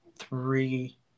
three